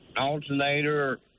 alternator